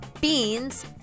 Beans